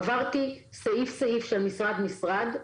עברתי סעיף סעיף של משרד משרד.